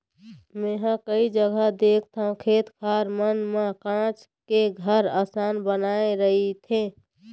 मेंहा कई जघा देखथव खेत खार मन म काँच के घर असन बनाय रहिथे